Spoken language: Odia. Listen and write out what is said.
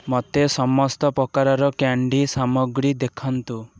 ମୋତେ ସମସ୍ତ ପ୍ରକାରର କ୍ୟାଣ୍ଡି ସାମଗ୍ରୀ ଦେଖାନ୍ତୁ